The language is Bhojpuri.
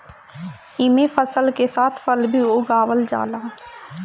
एमे फसल के साथ फल भी उगावल जाला